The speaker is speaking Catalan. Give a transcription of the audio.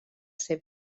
ser